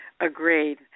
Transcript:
Agreed